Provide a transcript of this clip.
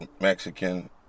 mexican